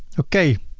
okay.